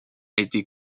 été